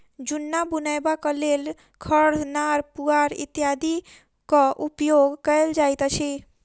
जुन्ना बनयबाक लेल खढ़, नार, पुआर इत्यादिक उपयोग कयल जाइत अछि